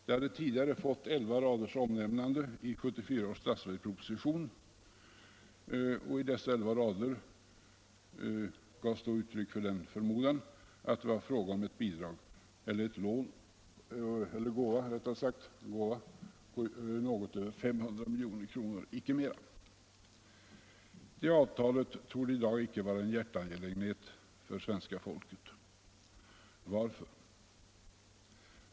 Det hade tidigare fått elva raders omnämnande i 1974 års statsverksproposition, och i dessa elva rader gavs då uttryck för den förmodan, att det var fråga om ett bidrag eller en gåva på något över 500 milj.kr., icke mera. Det avtalet torde i dag icke vara en hjärteangelägenhet för svenska folket. Varför?